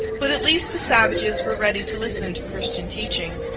but at least the savages were ready to listen to christian teaching.